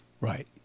Right